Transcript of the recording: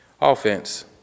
Offense